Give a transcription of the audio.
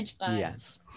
Yes